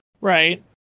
Right